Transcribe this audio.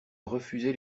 refuser